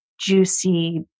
juicy